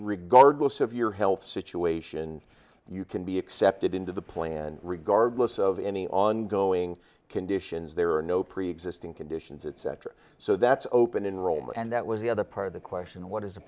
regardless of your health situation you can be accepted into the plan regardless of any ongoing conditions there are no preexisting conditions etc so that's open enrollment and that was the other part of the question what is